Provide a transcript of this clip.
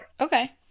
Okay